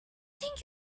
think